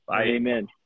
Amen